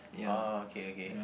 oh okay okay